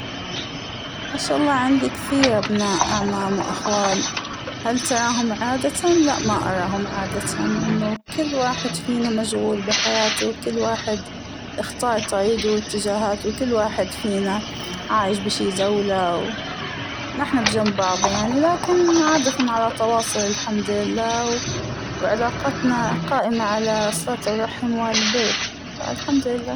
ما شاء الله عندى كثير أبناء أعمام وأخوال ، هل تراهم عادةً لأ ما أراهم عادةً، لأنه كل واحد فينا مشغول بحياته كل واحد إختار طريقه وإتجاهاته ، وكل واحد فينا عايش بشى ذولة ما أحنا بجنب بعض يعنى ، لكن عادةً على تواصل الحمد لله ، وعلاقتنا قائمة على صلة الرحم والبر فالحمد لله.